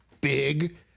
big